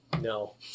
No